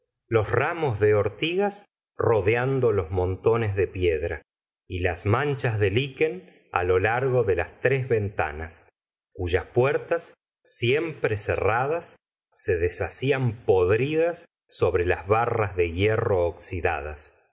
los ramos de ortigas rodeando los montones de piedra y las manchas de liquen lo largo de las tres ventanas cuyas puertas siempre cerradas se deshacían podridas sobre las barras de hierro oxidadas